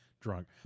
Drunk